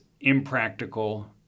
impractical